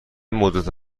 مدت